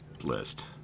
list